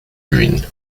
green